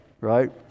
right